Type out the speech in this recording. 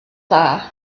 dda